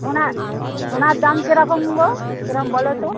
সোনার সোনার দাম কীরকম গো কীরকম বলো তো